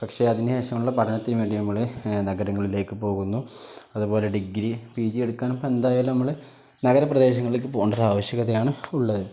പക്ഷേ അതിന് ശേഷമുള്ള പഠനത്തിന് വേണ്ടി നമ്മൾ നഗരങ്ങളിലേക്ക് പോകുന്നു അതുേപോലെ ഡിഗ്രി പി ജി എടുക്കാൻ ഇപ്പം എന്തായാലും നമ്മൾ നഗരപ്രദേശങ്ങളിലേക്ക് പോകേണ്ട ആവശ്യകതയാണ് ഉള്ളത്